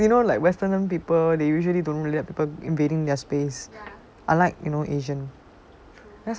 cause you know like westerner people they usually don't let people invading their space unlike you know asian